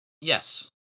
Yes